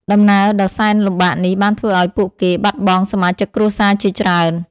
ដំណើរដ៏សែនលំបាកនេះបានធ្វើឲ្យពួកគេបាត់បង់សមាជិកគ្រួសារជាច្រើន។